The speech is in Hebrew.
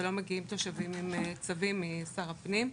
ולא מגיעים תושבים עם צווים משר הפנים,